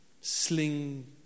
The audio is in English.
sling